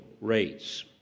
rates